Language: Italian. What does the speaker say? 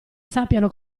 sappiano